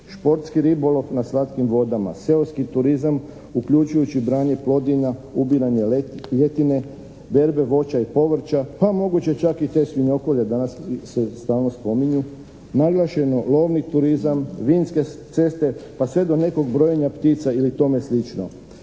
športski ribolov na slatkim vodama, seoski turizam uključujući i branje plodina, ubiranje ljetine, berbe voća i povrća, pa moguće čak i te svinjokolje, danas se stalno spominju, naglašeno lovni turizam, vinske ceste pa sve do nekog brojenja ptica ili tome slično.